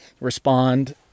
respond